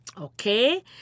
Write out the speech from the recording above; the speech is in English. Okay